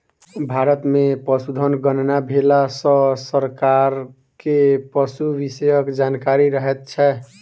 भारत मे पशुधन गणना भेला सॅ सरकार के पशु विषयक जानकारी रहैत छै